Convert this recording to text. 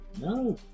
No